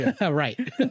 Right